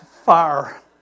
fire